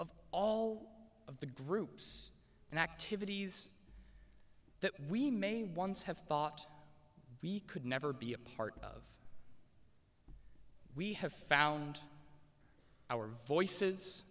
of all of the groups and activities that we may once have thought we could never be a part of we have found our voices